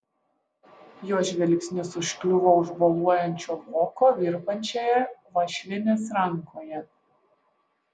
jo žvilgsnis užkliuvo už boluojančio voko virpančioje uošvienės rankoje